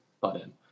button